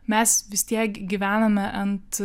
mes vis tiek gyvename ant